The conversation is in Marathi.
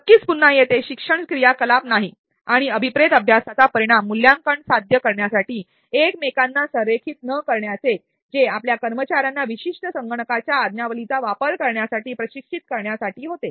नक्कीच नाही पुन्हा येथे शिक्षण क्रियाकलाप आणि अभिप्रेत शिक्षण परिणाम मूल्यांकन मिळविण्यासाठी एकमेकांना संरेखित नाहीत जे आपल्या कर्मचार्यांना विशिष्ट संगणकाच्या आज्ञावलीचा वापर करण्यासाठी प्रशिक्षित करण्यासाठी होते